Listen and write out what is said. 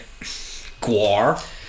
Guar